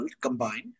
combined